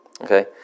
Okay